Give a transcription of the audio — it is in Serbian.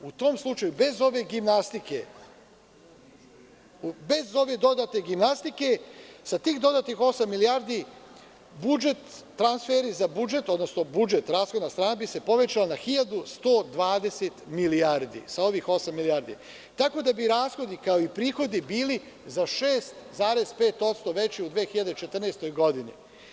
U tom slučaju, bez ove dodatne gimnastike, sa tih dodatnih osam milijardi, budžet i transferi, odnosno rashodna strana bi se povećala na 1.120 milijardi sa ovih osam milijardi, tako da bi rashodi kao i prihodi bili za 6,5% veći u 2014. godini.